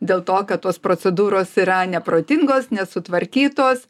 dėl to kad tos procedūros yra neprotingos nesutvarkytos